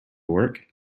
work